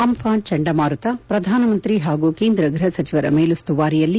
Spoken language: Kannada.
ಅಂಘಾನ್ ಚಂಡಮಾರುತ ಪ್ರಧಾನಮಂತ್ರಿ ಹಾಗೂ ಕೇಂದ್ರ ಗೃಹ ಸಚಿವರ ಮೇಲುಸ್ತುವಾರಿಯಲ್ಲಿ